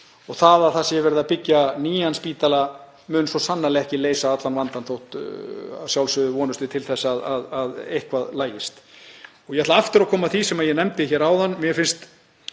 Það að verið sé að byggja nýjan spítala mun svo sannarlega ekki leysa allan vandann þótt að sjálfsögðu vonumst við til þess að eitthvað lagist. Ég ætla aftur að koma að því sem ég nefndi hér áðan. Mér finnst